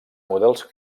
models